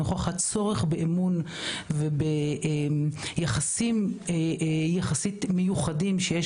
נוכח הצורך באמון וביחסים המיוחדים שיש